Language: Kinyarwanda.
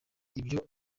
ibyo